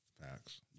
facts